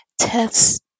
Tests